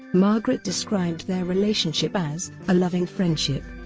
margaret described their relationship as a loving friendship.